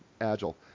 Agile